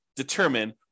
determine